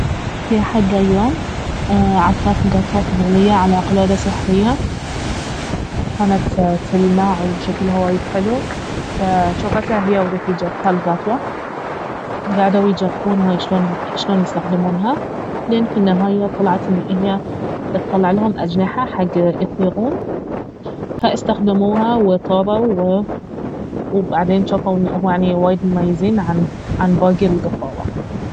في أحد الأيام عثرت قطوة فضولية على قلادة سحرية كانت تلمع وشكلها وايد حلو فجافتها اهي ورفيجتها القطوة قعدوا يجربونها شلون- شلون يستخدمونها لين في النهاية طلعت انه اهي تطلع لهم اجنحة حق يطيرون فاستخدموها وطاروا و- وبعدين جافوا انه اهما يعني وايد مميزين عن باقي القطاوة